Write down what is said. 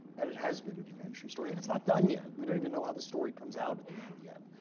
and it has been an adventure story. and it's not done yet. we don't even know how the story comes out at the end yet,